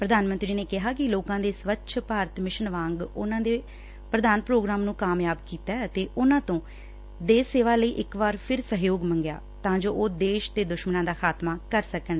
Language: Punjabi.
ਪ੍ਰਧਾਨ ਮੰਤਰੀ ਨੇ ਕਿਹਾ ਕਿ ਲੋਕਾ ਨੇ ਸਵੱਛ ਭਾਰਤ ਮਿਸ਼ਨ ਵਾਂਗ ਉਨੂਾਂ ਦੇ ਪ੍ਰਧਾਨ ਪ੍ਰੋਗਰਾਮ ਨੂੰ ਕਾਮਯਾਬ ਕੀਤੈ ਅਤੇ ਉਨੂਾਂ ਤੋਂ ਦੇਸ਼ ਸੇਵਾ ਲਈ ਇਕ ਵਾਰ ਫਿਰ ਸਹਿਯੋਗ ਮੰਗਿਆ ਤਾਂ ਜੋ ਉਹ ਦੇਸ਼ ਦੇ ਦੁਸ਼ਮਣਾਂ ਦਾ ਖਤਮਾ ਕਰ ਸਕਣ